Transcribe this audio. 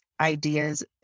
ideas